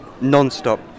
non-stop